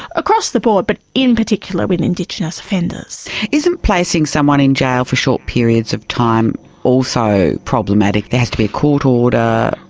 across the board but in particular with indigenous offenders. isn't placing someone in jail for short periods of time also problematic? there has to be a court order.